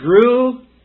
grew